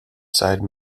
side